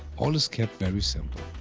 all is kept very simple.